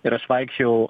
ir aš vaikščiojau